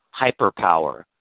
hyperpower